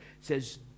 says